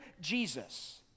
Jesus